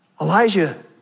Elijah